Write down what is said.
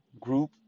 group